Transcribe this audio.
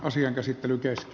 asian käsittely kesti